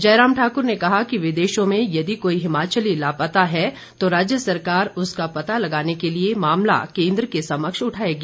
जयराम ठाकुर ने कहा कि विदेशों में यदि कोई हिमाचली लापता हैं तो राज्य सरकार उसका पता लगाने के लिए मामला केन्द्र के समक्ष उठाएगी